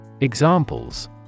Examples